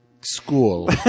school